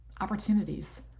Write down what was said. opportunities